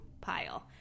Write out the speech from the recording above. pile